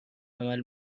عمل